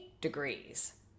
degrees